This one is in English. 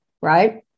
right